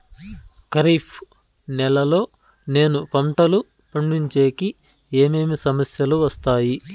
ఖరీఫ్ నెలలో నేను పంటలు పండించేకి ఏమేమి సమస్యలు వస్తాయి?